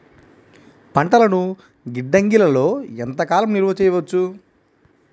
పంటలను గిడ్డంగిలలో ఎంత కాలం నిలవ చెయ్యవచ్చు?